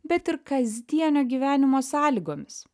bet ir kasdienio gyvenimo sąlygomis